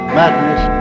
madness